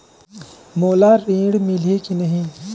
मोला ऋण मिलही की नहीं?